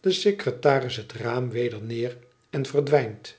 de secretaris het raam weder neer en verdwijnt